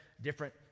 different